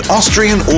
Austrian